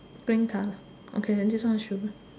green colour okay this one should be